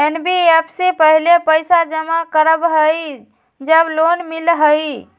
NBFC पहले पईसा जमा करवहई जब लोन मिलहई?